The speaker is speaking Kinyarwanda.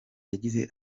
yagize